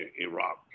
Iraq